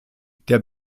der